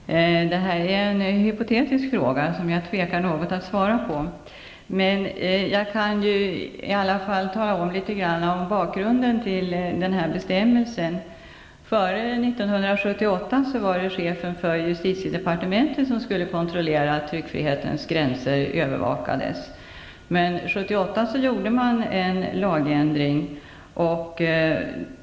Fru talman! Det här är en hypotetisk fråga som jag tvekar något att svara på. Men jag kan i alla fall berätta litet grand om bakgrunden till bestämmelsen. Före 1978 var chefen för justitiedepartementet den som skulle kontrollera att tryckfrihetsgränserna övervakades. Men år 1978 gjordes en lagändring.